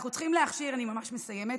אני ממש מסיימת.